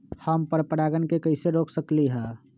हम पर परागण के कैसे रोक सकली ह?